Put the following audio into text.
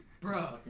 Bro